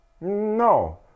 No